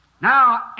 Now